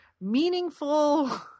meaningful